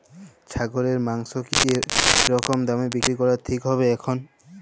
ছাগলের মাংস কী রকম দামে বিক্রি করা ঠিক হবে এখন?